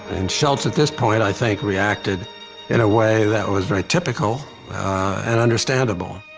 shultz at this point, i think, reacted in a way that was very typical and understandable.